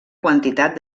quantitat